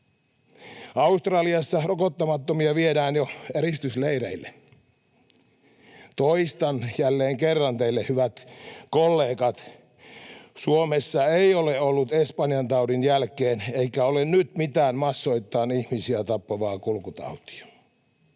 Australiassa rokottamattomia viedään jo eristysleireille. Toistan jälleen kerran teille, hyvät kollegat: Suomessa ei ole ollut espanjantaudin jälkeen, eikä ole nyt, mitään massoittain ihmisiä tappavaa kulkutautia.